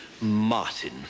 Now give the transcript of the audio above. Martin